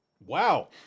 Wow